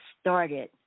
started